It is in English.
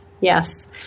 Yes